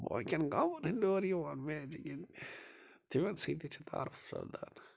باقٕین گامن ہٕنٛدۍ اور یِوان میچ گِنٛدٕنہِ تِمن سۭتۍ تہِ چھُ تعارُف سَپدان